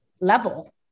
level